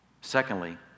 Secondly